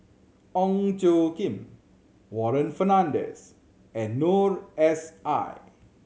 Ong Tjoe Kim Warren Fernandez and Noor S I